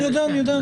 אני יודע.